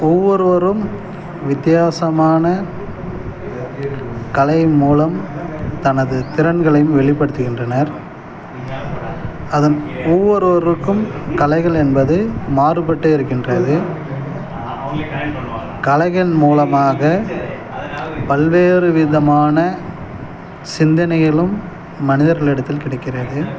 ஒவ்வொருவரும் வித்தியாசமான கலை மூலம் தனது திறன்களையும் வெளிப்படுத்துகின்றனர் அதன் ஒவ்வொருவருக்கும் கலைகள் என்பது மாறுபட்டு இருக்கின்றது கலைகள் மூலமாக பல்வேறு விதமான சிந்தனைகளும் மனிதர்கள் இடத்தில் கிடைக்கிறது